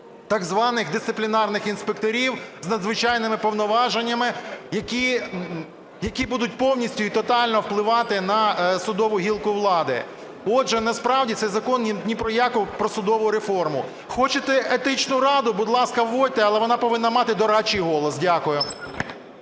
так званих дисциплінарних інспекторів з надзвичайними повноваженнями, які будуть повністю і тотально впливати на судову гілку влади. Отже, насправді цей закон ні про яку судову реформу. Хочете Етичну раду – будь ласка, вводьте, але вона повинна мати дорадчий голос. Дякую.